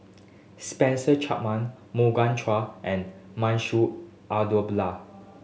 Spencer Chapman Morgan Chua and Manshu